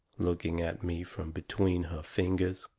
looking at me from between her fingers.